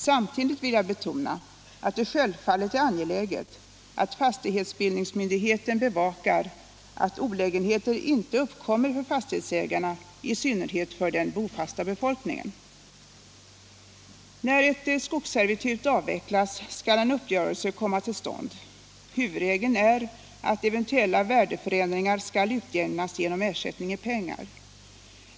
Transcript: Samtidigt vill jag betona att det självfallet är angeläget att fastighetsbildningsmyndigheten bevakar att olägenheter inte uppkommer för fastighetsägarna, i synnerhet för den bofasta befolkningen. När ett skogsservitut avvecklas skall en uppgörelse komma till stånd. Huvudregeln är att eventuella värdeförändringar skall utjämnas genom ersättning i pengar.